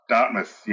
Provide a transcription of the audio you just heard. Dartmouth